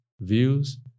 Views